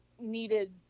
needed